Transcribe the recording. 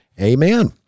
amen